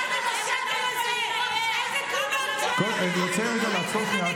אני רוצה לעצור שנייה.